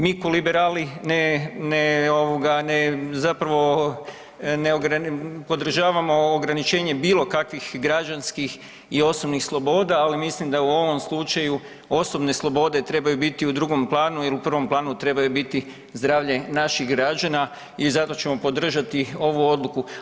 Mi ko liberali ne, ne ovoga, ne zapravo ne podržavamo ograničenje bilo kakvih građanskih i osobnih sloboda, ali mislim da u ovom slučaju osobne slobode trebaju biti u drugom planu jer u prvom planu trebaju biti zdravlje naših građana i zato ćemo podržati ovu odluku.